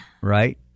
Right